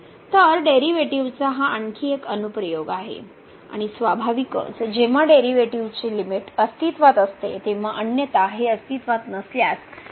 तर डेरिव्हेटिव्ह्जचा हा आणखी एक अनुप्रयोग आहे आणि स्वाभाविकच जेव्हा डेरिव्हेटिव्ह्जची मर्यादा अस्तित्त्वात असते तेव्हा अन्यथा हे अस्तित्त्वात नसल्यास या अर्थाने अर्थ प्राप्त होत नाही